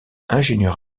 ingénieur